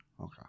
okay